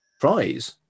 prize